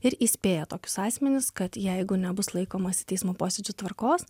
ir įspėja tokius asmenis kad jeigu nebus laikomasi teismo posėdžių tvarkos